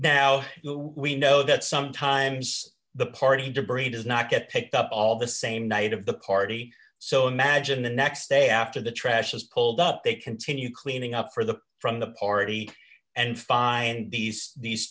now we know that sometimes the party debris does not get picked up all the same night of the party so imagine the next day after the trash is pulled up they continue cleaning up for the from the party and find these these